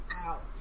out